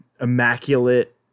immaculate